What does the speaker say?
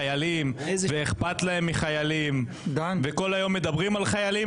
חיילים ואכפת להם מחיילים וכל היום מדברים על חיילים,